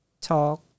talk